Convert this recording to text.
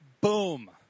boom